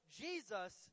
Jesus